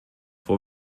vor